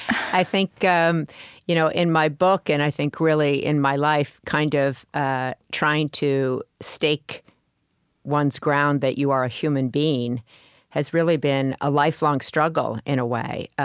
i think um you know in my book, and, i think really, in my life, kind of ah trying to stake one's ground that you are a human being has really been a lifelong struggle, in a way,